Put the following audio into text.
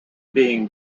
being